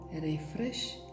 refresh